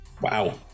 Wow